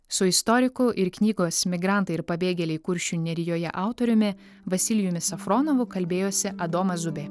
su istoriku ir knygos migrantai ir pabėgėliai kuršių nerijoje autoriumi vasilijumi safronovu kalbėjosi adomas zubė